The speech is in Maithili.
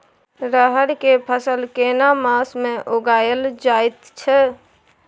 रहर के फसल केना मास में उगायल जायत छै?